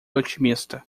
otimista